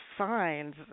signs